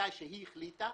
מתי שהיא החליטה,